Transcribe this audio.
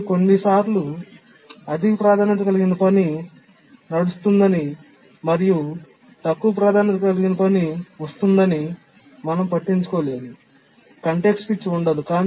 కానీ కొన్నిసార్లు అధిక ప్రాధాన్యత కలిగిన పని నడుస్తుందని మరియు తక్కువ ప్రాధాన్యత కలిగిన పని వస్తుందని మనం పట్టించుకోలేదు కాంటెక్స్ట్ స్విచ్ ఉండదు